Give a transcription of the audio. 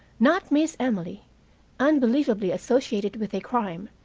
not miss emily unbelievably associated with a crime,